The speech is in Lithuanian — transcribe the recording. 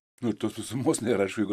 ir tos visumos nėra aišku jeigu